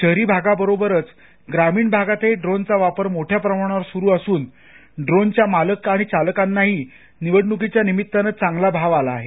शहरी भागाबरोबरच ग्रामीण भागातही ड्रोन चा वापर मोठ्या प्रमाणावर सुरु असून ड्रोन च्या मालक आणि चालकांनाही निवडणुकीच्या निमित्तानं चांगला भाव आला आहे